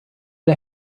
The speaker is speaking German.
der